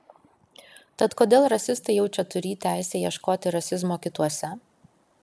tad kodėl rasistai jaučia turį teisę ieškoti rasizmo kituose